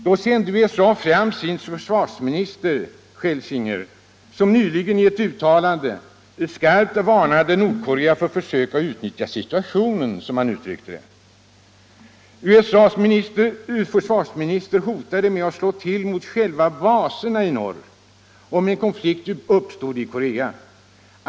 Då sände USA fram sin försvarsminister, Schlesinger, som i ett uttalande skarpt varnade Nordkorea för försök att utnyttja situationen, som han uttryckte det. USA:s försvarsminister hotade med att slå till mot själva baserna i norr, om en konflikt uppstod i Korea.